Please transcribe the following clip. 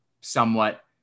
somewhat